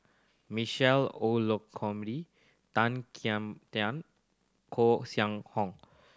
Michael Olcomendy Tan Kim Tian Koeh Sia Hong